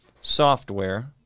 software